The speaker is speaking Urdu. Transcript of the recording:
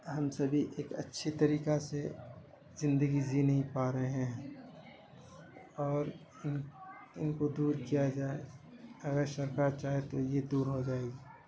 ہم سبھی ایک اچھے طریقہ سے زندگی جی نہیں پا رہے ہیں اور ان ان کو دور کیا جائے اگر سرکار چاہے تو یہ دور ہوجائے گی